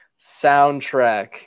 soundtrack